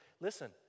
Listen